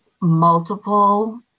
multiple